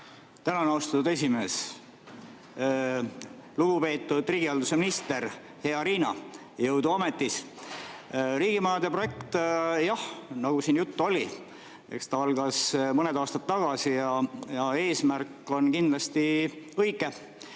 Tänan, austatud esimees! Lugupeetud riigihalduse minister! Hea Riina, jõudu ametis! Riigimajade projekt, nagu siin juttu oli, algas mõni aasta tagasi ja eesmärk on kindlasti õige,